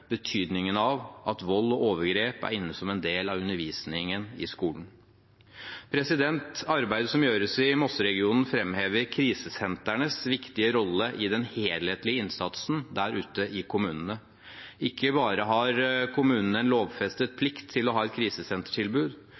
betydningen av at vold og overgrep er inne som en del av undervisningen i skolen. Arbeidet som gjøres i Mosseregionen, framhever krisesentrenes viktige rolle i den helhetlige innsatsen der ute i kommunene. Ikke bare har kommunene en lovfestet plikt til å ha et krisesentertilbud,